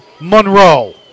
Monroe